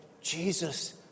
Jesus